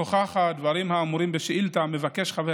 נוכח הדברים האמורים בשאילתה מבקש חבר